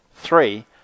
Three